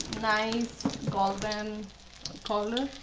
nice golden color.